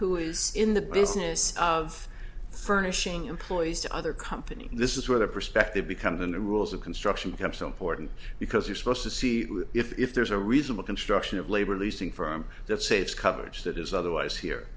who is in the business of furnishing employees to other company this is where the perspective becomes and the rules of construction become so important because you're supposed to see if there's a reasonable construction of labor leasing firm that saves coverage that is otherwise here